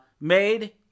made